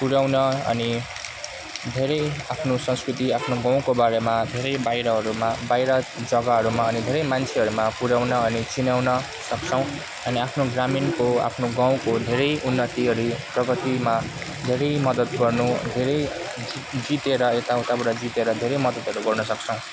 पुर्याउन अनि धेरै आफ्नो संस्कृति आफ्नो गाउँको बारेमा धेरै बाहिरहरूमा बाहिर जगाहरूमा अनि धेरै मान्छेहरूमा पुर्याउन अनि चिनाउन सक्छौँ अनि आफ्नो ग्रामीणको आफ्नो गाउँको धेरै उन्नति अनि प्रगतिमा धेरै मदत गर्नु धेरै जितेर यता उताबाट जितेर धेरै मदतहरू गर्न सक्छौँ